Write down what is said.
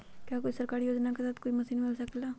का कोई सरकारी योजना के तहत कोई मशीन मिल सकेला?